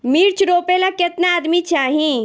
मिर्च रोपेला केतना आदमी चाही?